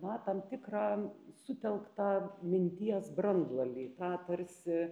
na tam tikrą sutelktą minties branduolį tą tarsi